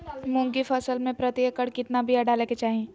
मूंग की फसल में प्रति एकड़ कितना बिया डाले के चाही?